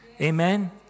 Amen